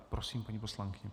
Prosím, paní poslankyně.